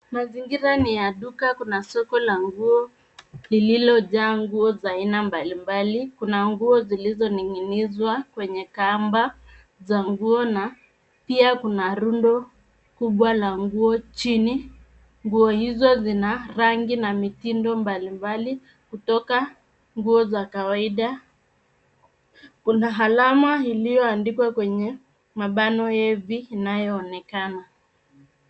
Mazingira ni ya duka. Kuna soko la nguo lililojaa nguo za aina mbalimbali, kuna nguo zilizoning'izwa kwenye kamba za nguo. Pia kuna rundo kubwa la nguo chini, nguo hizo zina rangi na mitindo mbalimbali kutoka nguo za kawaida. Kuna alama iliyoandikwa kwenye mabano heavy inayoonekana.